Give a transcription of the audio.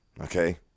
Okay